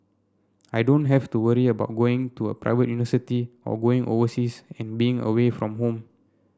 I don't have to worry about going to a private university or going overseas and being away from home